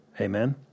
Amen